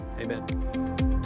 amen